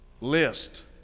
list